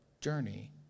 journey